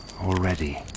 already